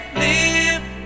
live